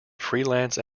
freelance